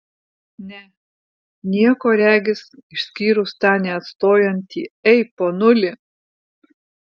ne nieko regis išskyrus tą neatstojantį ei ponuli